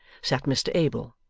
sat mr abel,